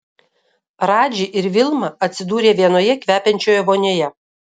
radži ir vilma atsidūrė vienoje kvepiančioje vonioje